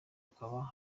hakaba